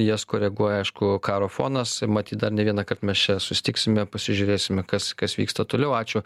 jas koreguoja aišku karo fonas matyt dar ne vienąkart mes čia susitiksime pasižiūrėsime kas kas vyksta toliau ačiū